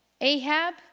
ahab